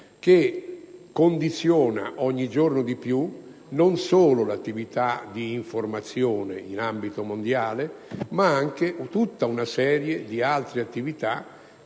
che condiziona ogni giorno di più, non solo l'attività di informazione in ambito mondiale, ma anche tutta una serie di altre attività